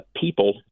people